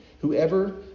whoever